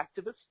activists